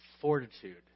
fortitude